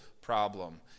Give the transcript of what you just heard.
problem